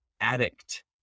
addict